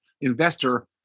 investor